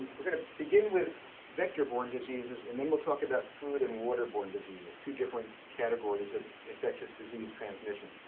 we're going to begin with vector-borne diseases, and then we'll talk about food and waterborne diseases. two different categories of infectious disease transmission.